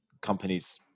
companies